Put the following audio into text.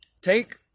Take